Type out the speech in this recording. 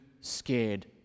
scared